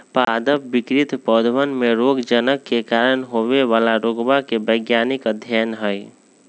पादप विकृति पौधवन में रोगजनक के कारण होवे वाला रोगवा के वैज्ञानिक अध्ययन हई